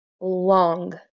long